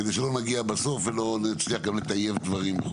כדי שלא נגיע בסוף ולא נצליח לטייב דברים.